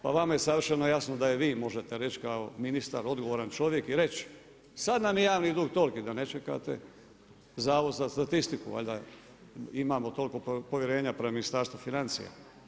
Pa vama je savršeno jasno da i vi možete reći kao ministar odgovoran čovjek i reći sada nam je javni dug toliki da ne čekate Zavod za statistiku valjda, imamo toliko povjerenja prema Ministarstvu financija.